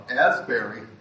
Asbury